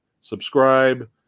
subscribe